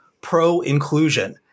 pro-inclusion